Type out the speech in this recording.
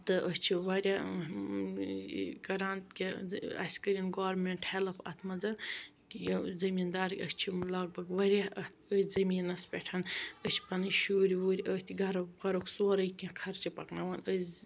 تہٕ أسۍ چھِ واریاہ کران کہِ اَسہِ کٔرٕنۍ گورمٮ۪نٹ ہیلپ اَتھ منز کہِ یہِ زمیندار أسۍ چھِ لگ بگ ؤریس اَتھ أتھۍ زمینس پٮ۪ٹھ أسۍ چھِ پَنٕنۍ شُرۍ وُرۍ أتھۍ گَرُک وَرُک سورے کیٚنٛہہ خرچہٕ پکناوان أزۍ